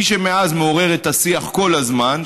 מי שמאז מעורר את השיח כל הזמן,